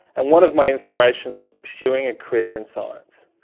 and one of my inspirations for pursuing a career in science.